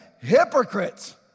hypocrites